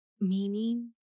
meaning